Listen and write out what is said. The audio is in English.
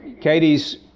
Katie's